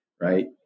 Right